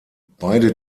beide